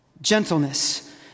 gentleness